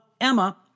Emma